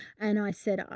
and i said, um